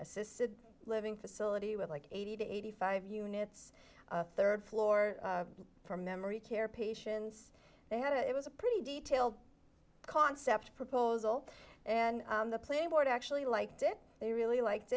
assisted living facility with like eighty to eighty five units rd floor for memory care patients they had it was a pretty detailed concept proposal and the playing board actually liked it they really liked